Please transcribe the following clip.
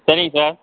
சரிங்க சார்